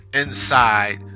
inside